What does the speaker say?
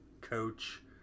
coach